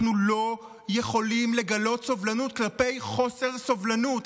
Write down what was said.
אנחנו לא יכולים לגלות סובלנות כלפי חוסר סובלנות.